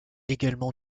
également